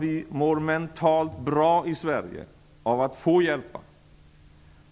Vi mår mentalt bra i Sverige av att få hjälpa.